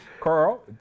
Carl